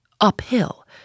uphill